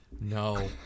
No